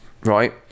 right